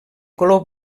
color